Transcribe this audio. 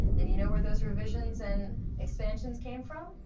and you know where those revisions and expansions came from?